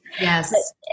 Yes